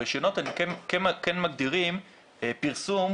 הרישיונות כן מגדירים פרסום,